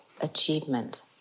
achievement